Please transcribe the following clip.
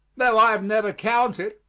tho i have never counted,